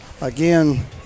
Again